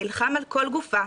נלחם על כל גופה,